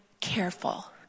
Careful